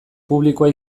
publikoa